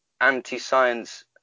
anti-science